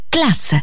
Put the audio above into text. Class